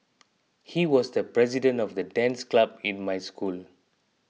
he was the president of the dance club in my school